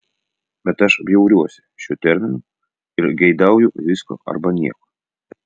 bet aš bjauriuosi šiuo terminu ir geidauju visko arba nieko